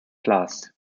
class